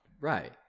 Right